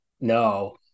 no